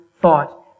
thought